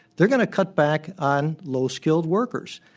they're going to cut back on low-skilled workers.